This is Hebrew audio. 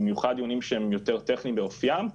במיוחד דיונים שהם יותר טכניים באופיים,